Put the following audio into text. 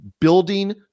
building